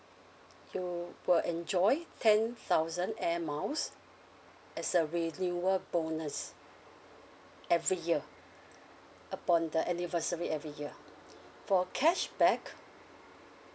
you will enjoy ten thousand air miles as a renewal bonus every year upon the anniversary every year for cashback